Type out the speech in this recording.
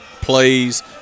plays